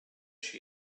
she